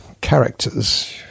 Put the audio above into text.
characters